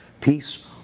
peace